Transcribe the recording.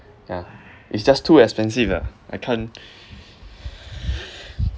yeah it's just too expensive ah I can't